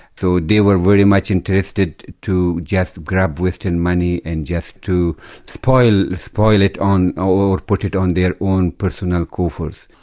so they were very much interested to just grab western money and just to spoil spoil it or put it on their own personal coffers.